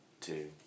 two